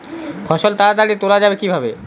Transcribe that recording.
ফসল তাড়াতাড়ি তোলা যাবে কিভাবে?